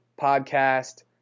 podcast